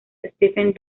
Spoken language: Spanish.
stephen